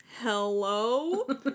Hello